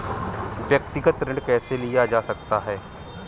व्यक्तिगत ऋण कैसे लिया जा सकता है?